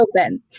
open